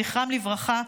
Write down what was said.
זכרם לברכה,